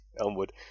Elmwood